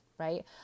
right